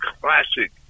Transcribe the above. classic